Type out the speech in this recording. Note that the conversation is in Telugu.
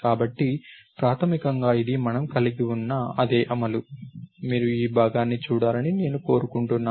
కాబట్టి ప్రాథమికంగా ఇది మనము కలిగి ఉన్న అదే అమలు మీరు ఈ భాగాన్ని చూడాలని నేను కోరుకుంటున్నాను